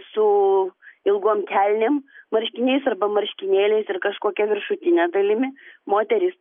su ilgom kelnėm marškiniais arba marškinėliais ir kažkokia viršutine dalimi moterys